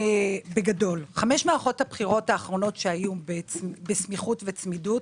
5 מערכות הבחירות האחרונות שהיו בסמיכות וצמידות,